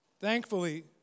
Thankfully